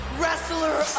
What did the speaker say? wrestler